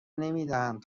نمیدهند